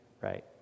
Right